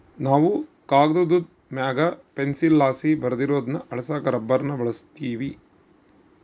ನಾವು ಕಾಗದುದ್ ಮ್ಯಾಗ ಪೆನ್ಸಿಲ್ಲಾಸಿ ಬರ್ದಿರೋದ್ನ ಅಳಿಸಾಕ ರಬ್ಬರ್ನ ಬಳುಸ್ತೀವಿ